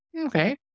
Okay